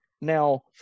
Now